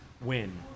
win